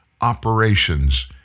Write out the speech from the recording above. operations